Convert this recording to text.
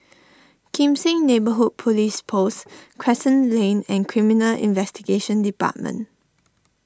Kim Seng Neighbourhood Police Post Crescent Lane and Criminal Investigation Department